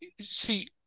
see